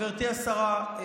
גברתי השרה,